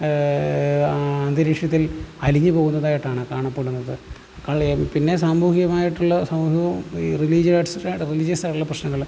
അന്തരീക്ഷത്തിൽ അലിഞ്ഞു പോകുന്നതായിട്ട് ആണ് കാണപ്പെടുന്നത് കളയും പിന്നെ സാമൂഹ്യമായിട്ടുള്ള സൗഹൃദവും റിലീജിയസ് റിലീജിയസ് ആയിട്ടുള്ള പ്രശ്നങ്ങൾ